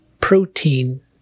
protein